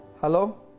Hello